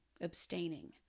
abstaining